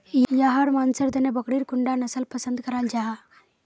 याहर मानसेर तने बकरीर कुंडा नसल पसंद कराल जाहा?